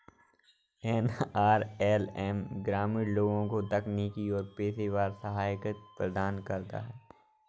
NRLM ग्रामीण लोगों को तकनीकी और पेशेवर सहायता प्रदान करता है